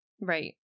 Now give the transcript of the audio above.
Right